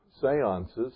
seances